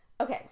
okay